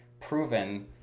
proven